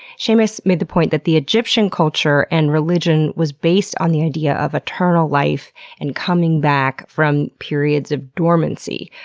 seamus made the point that the egyptian culture and religion was based on the idea of eternal life and coming back from periods of dormancy,